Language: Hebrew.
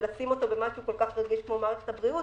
ולשים אותו במקום כל כך רגיש כמו מערכת הבריאות